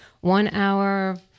one-hour